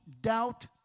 doubt